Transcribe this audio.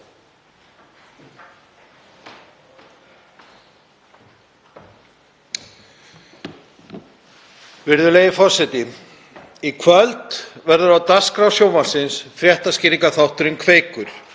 Virðulegi forseti. Í kvöld verður á dagskrá sjónvarpsins fréttaskýringaþátturinn Kveikur